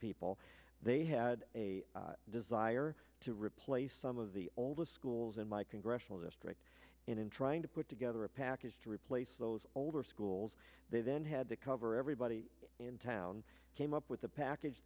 people they had a desire to replace some of the oldest schools in my congressional district and in trying to put together a package to replace those older schools they then had to cover everybody in town came up with a package